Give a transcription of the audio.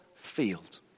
field